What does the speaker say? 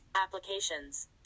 applications